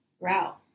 route